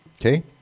Okay